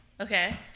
okay